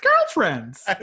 girlfriends